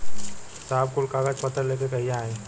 साहब कुल कागज पतर लेके कहिया आई?